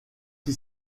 qui